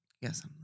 Yes